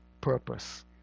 purpose